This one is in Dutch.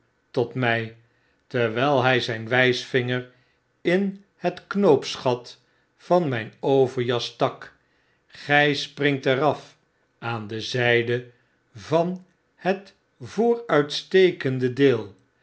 tot mtj terwijlhy zyn wpvinger in het knoopsgat van myn overjas stak gy springt er af aan de zyde van het vooruitstekende deel